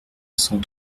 cent